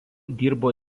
dirbo